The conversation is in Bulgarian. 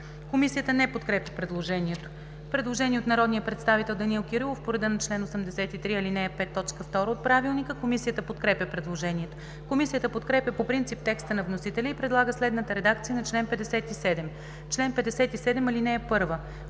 Комисията не подкрепя предложението. Предложение от народния представител Данаил Кирилов по реда на чл. 83, ал. 5, т. 2 от ПОДНС. Комисията подкрепя предложението. Комисията подкрепя по принцип текста на вносителя и предлага следната редакция на чл. 57: „Чл. 57. (1)